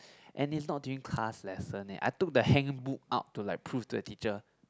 and it's not during class lesson leh I took the handbook out to like prove to the teacher